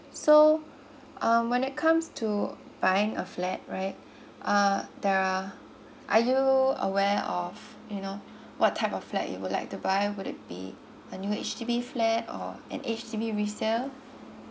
so um when it comes to buying a flat right uh there are are you aware of you know what type of flat you would like to buy would it be a new H_D_B flat or an H_D_B to be resale